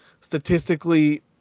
Statistically